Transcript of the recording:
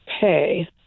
pay